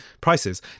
Prices